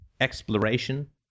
exploration